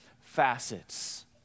facets